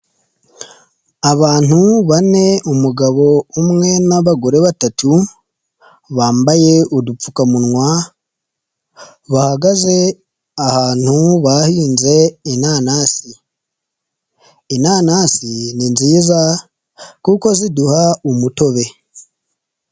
Abantu bane umugabo umwe n'abagore batatu bambaye udupfukamunwa, bahagaze ahantu bahinze inanasi, inanasi ni nziza kuko ziduha umutobe.